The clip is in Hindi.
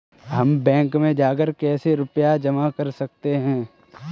हम बैंक में जाकर कैसे रुपया जमा कर सकते हैं?